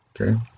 Okay